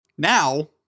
now